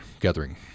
gathering